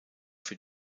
für